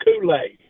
Kool-Aid